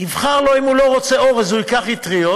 יבחר לו, אם הוא לא רוצה אורז, הוא ייקח אטריות,